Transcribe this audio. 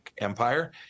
empire